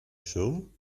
schirm